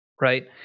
right